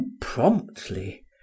promptly